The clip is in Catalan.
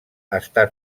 està